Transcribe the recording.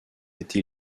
été